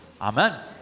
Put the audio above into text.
Amen